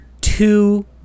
two